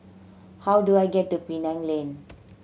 how do I get to Penang Lane